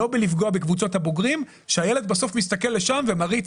לא בלפגוע בקבוצות הבוגרים שהילד בסוף מסתכל לשם ומעריץ,